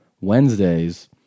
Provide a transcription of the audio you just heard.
wednesdays